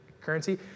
currency